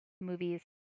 movies